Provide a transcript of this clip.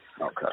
Okay